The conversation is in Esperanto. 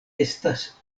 estas